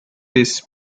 this